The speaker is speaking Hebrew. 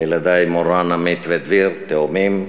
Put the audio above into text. לילדי מורן, עמית ודביר, תאומים,